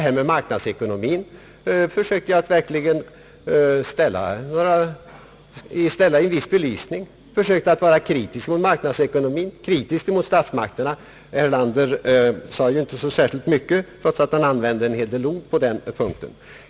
Frågan om marknadsekonomin försökte jag verkligen ställa i viss belysning. Jag försökte vara kritisk mot statsmakternas uppträdande i fråga om marknadsekonomin. Herr Erlander sade verkligen inte särskilt mycket på den punkten trots att han använde en hel del ord.